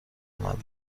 اومد